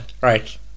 Right